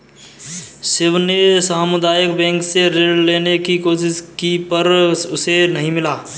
शिव ने सामुदायिक बैंक से ऋण लेने की कोशिश की पर उसे नही मिला